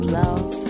love